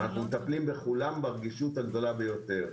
ואנו מטפלים בכולם ברגישות הגבוהה ביותר.